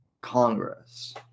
Congress